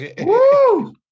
woo